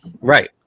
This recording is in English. Right